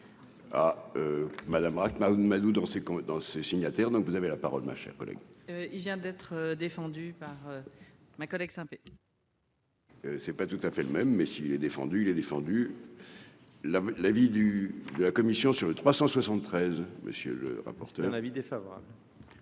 Madou dans ces dans ses signataires, donc vous avez la parole, ma chère collègue. Il vient d'être défendu par ma collègue Saint-Pé. C'est pas tout à fait le même, mais si il est défendu, il est défendu la la vie du de la commission sur le 373, monsieur le rapporteur, un avis défavorable.